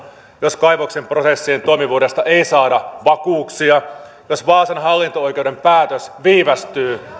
jos kaivoksen prosessien toimivuudesta ei saada vakuuksia jos vaasan hallinto oikeuden päätös viivästyy